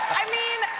i mean,